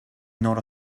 not